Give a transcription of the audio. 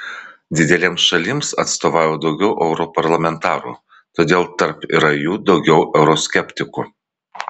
didelėms šalims atstovauja daugiau europarlamentarų todėl tarp yra jų daugiau euroskeptikų